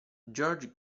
george